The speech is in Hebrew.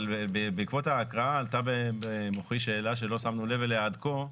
אבל בעקבות ההקראה עלתה במוחי שאלה שלא שמנו לב אליה עד כה,